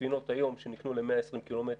הספינות היום שנקנו ל-120 קילומטר,